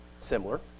similar